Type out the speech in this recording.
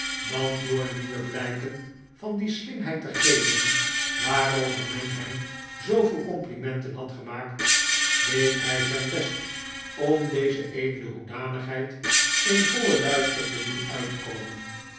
dan door nieuwe blijken van die slimheid te geven waarover men hem zooveel complimenten had gemaakt deed hij zijn best om deze edele hoedanigheid in vollen luister te doen uitkomen